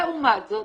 לעומת זאת,